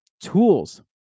tools